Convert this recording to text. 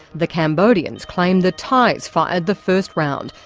the cambodians claimed the thais fired the first round.